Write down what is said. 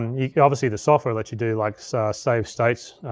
and yeah obviously the software lets you do, like saves states.